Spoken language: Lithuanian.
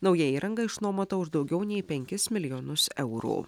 nauja įranga išnuomota už daugiau nei penkis milijonus eurų